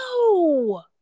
No